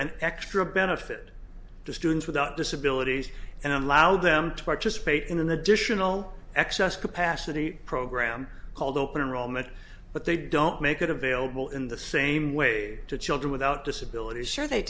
an extra benefit to students without disabilities and allow them to participate in an additional excess capacity program called open enrollment but they don't make it available in the same way to children without disabilit